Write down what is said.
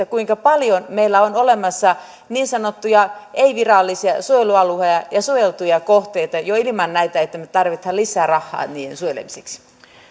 kuinka paljon meillä on olemassa niin sanottuja ei virallisia suojelualueita ja suojeltuja kohteita jo ilman että nyt tarvittaisiin lisää rahaa niiden suojelemiseksi